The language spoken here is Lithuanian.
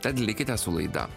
tad likite su laida